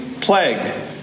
plague